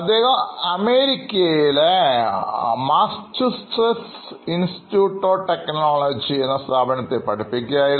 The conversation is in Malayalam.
അദ്ദേഹം അമേരിക്കയിലെ മസ്സാചുസെറ്റ്സ് ഇൻസ്റ്റിറ്റ്യൂട്ട് ഓഫ് ടെക്നോളജി എന്നസ്ഥാപനത്തിൽ പഠിപ്പിക്കുകയായിരുന്നു